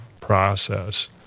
process